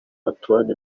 anthony